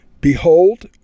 behold